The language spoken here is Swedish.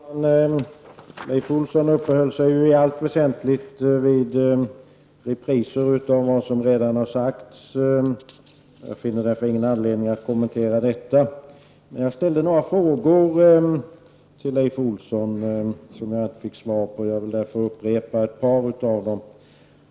Herr talman! Leif Olsson uppehöll sig i allt väsentligt vid en repris av vad som redan har sagts, och jag finner därför ingen anledning att kommentera hans anförande. Men jag ställde några frågor till Leif Olsson som jag inte fick svar på, och jag vill därför upprepa ett par av dem.